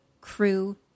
Crew